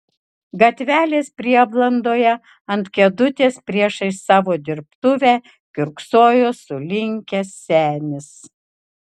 gatvelės prieblandoje ant kėdutės priešais savo dirbtuvę kiurksojo sulinkęs senis